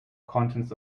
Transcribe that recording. contents